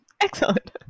Excellent